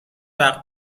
وقت